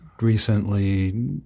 recently